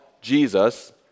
Jesus